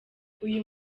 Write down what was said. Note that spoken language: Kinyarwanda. uyu